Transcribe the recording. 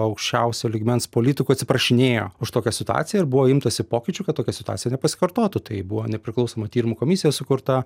aukščiausio lygmens politikų atsiprašinėjo už tokią situaciją ir buvo imtasi pokyčių kad tokia situacija nepasikartotų tai buvo nepriklausomo tyrimo komisija sukurta